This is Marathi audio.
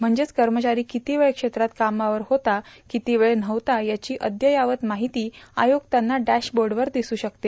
म्हणजेच कर्मचारी किती वेळ क्षेत्रात कामावर होता किती वेळ नव्हता याची अद्ययावत माहिती आय्रक्तांना डॅशबोर्डवर दिसू शकते